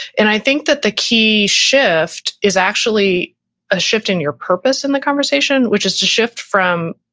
and i think that the key shift is actually a shift in your purpose in the conversation, which is to shift from